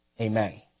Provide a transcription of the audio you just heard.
Amen